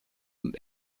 und